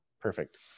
Perfect